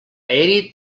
aeri